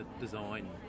design